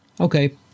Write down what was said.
okay